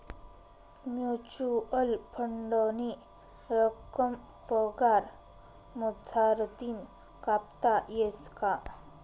Mutual फंडनी रक्कम पगार मझारतीन कापता येस का?